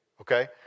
okay